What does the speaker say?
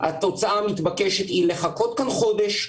התוצאה המתבקשת היא לחכות כאן חודש,